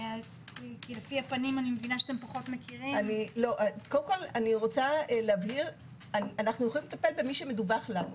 אני מבהירה אנחנו יכולים לטפל במי שמדווח לנו.